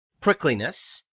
prickliness